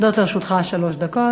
עומדות לרשותך שלוש דקות.